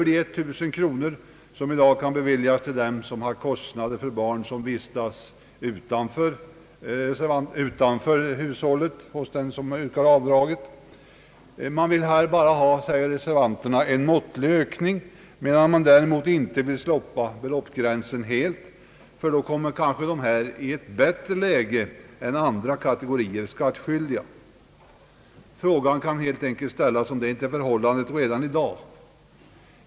beviljas för dem som har kostnader för barn vilka vistas hos annan än den som yrkar avdraget vill man, säger reservanterna, bara ha en måttlig ökning. Däremot vill man inte slopa beloppsgränsen helt, ty då kommer kanske dessa personer i ett bättre läge än andra kategorier skattskyldiga. Frågan kan ställas om detta inte är förhållandet redan i dag.